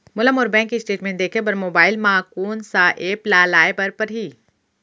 मोला मोर bank statement देखे बर मोबाइल मा कोन सा एप ला लाए बर परही?